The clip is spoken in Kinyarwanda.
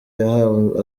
yahawe